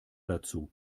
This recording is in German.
dazu